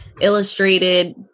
illustrated